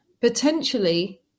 potentially